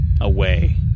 away